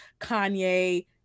Kanye